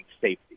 safety